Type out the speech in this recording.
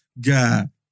God